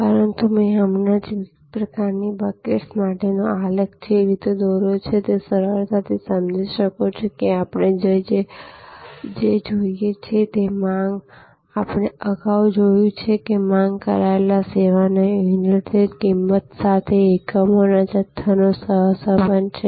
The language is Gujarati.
પરંતુ મેં હમણાં જ વિવિધ પ્રકારની બકેટ્સ માટેનો આલેખ જે રીતે દોર્યો છે તમે સરળતાથી સમજી શકો છો કે આપણે જે જોઈએ છીએ તે છે તે માંગ આ આપણે અગાઉ જોયું છે કે માંગ કરાયેલા સેવાના યુનિટ દીઠ કિંમત સાથે એકમોના જથ્થાનો સહસંબંધ છે